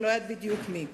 אני לא יודעת בדיוק מי.